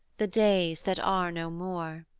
the days that are no more.